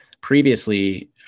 previously